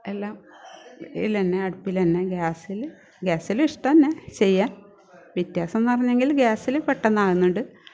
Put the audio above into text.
എല്ലാം ഇല്ല ഞാൻ അടുപ്പിൽ തന്നെ ഗ്യാസിൽ ഗ്യാസിലും ഇഷ്ടം തന്നെ ചെയ്യാൻ വ്യത്യാസം എന്നു പറഞ്ഞെങ്കിൽ ഗ്യാസിൽ പെട്ടെന്നാകുന്നുണ്ട്